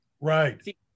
Right